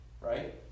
Right